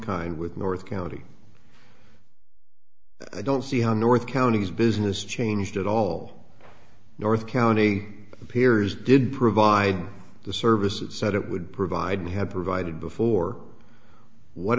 kind with north county i don't see how north counties business changed at all north county appears didn't provide the service it said it would provide we had provided before what